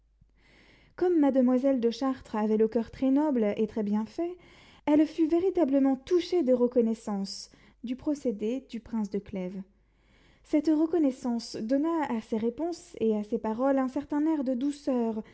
comme mademoiselle de chartres avait le coeur très noble et très bien fait elle fut véritablement touchée de reconnaissance du procédé du prince de clèves cette reconnaissance donna à ses réponses et à ses paroles un certain air de douceur